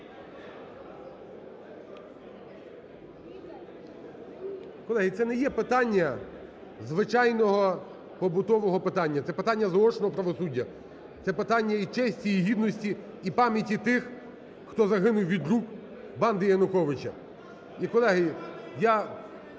Колеги, це не є питання звичайного побутового питання, це питання заочного правосуддя, це питання і честі, і гідності, і пам'яті тих, хто загинув від рук банди Януковича.